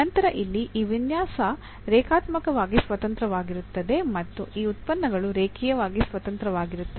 ನಂತರ ಇಲ್ಲಿ ಈ ವಿನ್ಯಾಸ ರೇಖಾತ್ಮಕವಾಗಿ ಸ್ವತಂತ್ರವಾಗಿರುತ್ತದೆ ಅಥವಾ ಈ ಉತ್ಪನ್ನಗಳು ರೇಖೀಯವಾಗಿ ಸ್ವತಂತ್ರವಾಗಿರುತ್ತವೆ